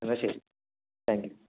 എന്നാൽ ശരി thank you